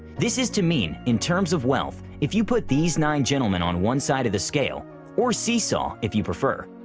this is to mean, in terms of wealth, if you put these nine gentlemen on one side of the scale or see-saw if you prefer,